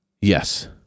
Yes